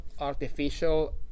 artificial